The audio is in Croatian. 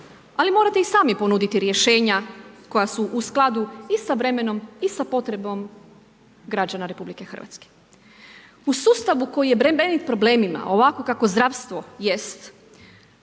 Ali morate i sami ponuditi rješenja, koja su u skladu i sa vremenom i sa potrebom građana RH. U sustavu koji je …/Govornik se ne razumije./… problemima, ovakvo kakvo zdravstvo jest,